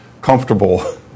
comfortable